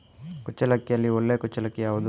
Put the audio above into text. ಕುಚ್ಚಲಕ್ಕಿಯಲ್ಲಿ ಒಳ್ಳೆ ಕುಚ್ಚಲಕ್ಕಿ ಯಾವುದು?